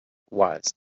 was